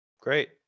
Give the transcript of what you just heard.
Great